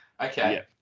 Okay